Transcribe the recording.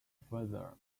further